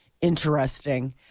interesting